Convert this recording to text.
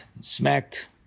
smacked